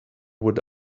would